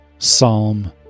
Psalm